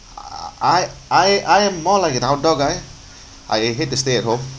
I I I I'm more like an outdoor guy I hate to stay at home